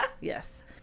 Yes